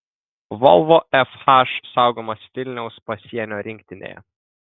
volvo fh saugomas vilniaus pasienio rinktinėje